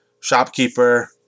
shopkeeper